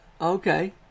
Okay